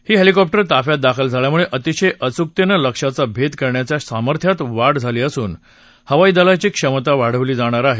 ही helicopter ताफ्यात दाखल झाल्यामुळे अतिशय अचूकतेनं लक्ष्याचा भेद करण्याच्या सामर्थ्यात वाढ झाली असून हवाई दलाची क्षमता आणखी वाढली आहे